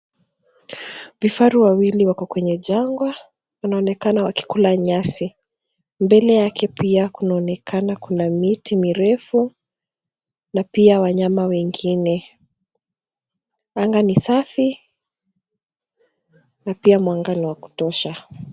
Vifaru wawili wako kwenye jangwa wanaonekana wakikula nyasi. Mbele yake pia, kunaonekana kuna miti mirefu na pia wanyama wengine. Anga ni safi na pia mwanga ni wa kutosha.